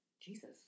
Jesus